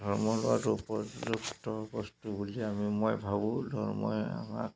ধৰ্ম লোৱাত উপযুক্ত বস্তু বুলি আমি মই ভাবোঁ ধৰ্মই আমাক